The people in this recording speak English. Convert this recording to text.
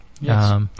Yes